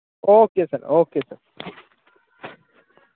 okay sir okay sir